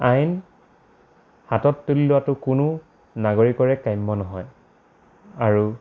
আইন হাতত তুলি লোৱাটো কোনো নাগৰিকৰে কাম্য নহয় আৰু